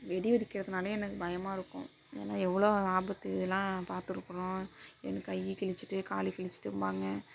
வெடி வெடிக்கிறதுனாலே எனக்கு பயமாக இருக்கும் ஏன்னா எவ்வளோ ஆபத்து இதெல்லாம் பார்த்துருக்குறோம் எனக்கு கையை கிழிச்சுட்டு கால் கிழிச்சுட்டும்பாங்க